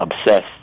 obsessed